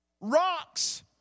Rocks